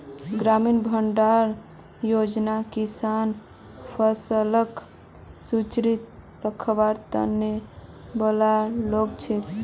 ग्रामीण भंडारण योजना किसानेर फसलक सुरक्षित रखवार त न बनाल गेल छेक